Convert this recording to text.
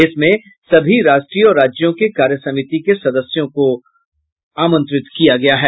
इसमें सभी राष्ट्रीय और राज्यों के कार्यसमिति के सदस्यों को आमंत्रित किया गया है